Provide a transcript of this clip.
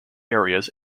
areas